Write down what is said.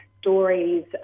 stories